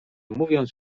mówiąc